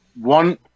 one